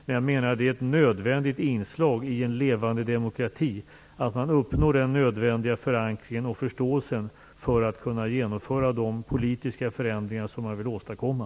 Men jag menar att det är ett nödvändigt inslag i en levande demokrati att man uppnår den nödvändiga förankringen och förståelsen för att man skall kunna genomföra de politiska förändringar som man vill åstadkomma.